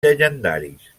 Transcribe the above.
llegendaris